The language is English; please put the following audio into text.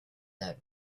that